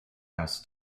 house